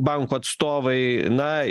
banko atstovai na